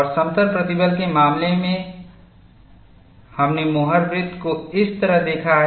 और समतल प्रतिबल के मामले के लिए हमने मोहर वृत्तMohr's circle को इस तरह देखा है